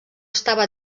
estava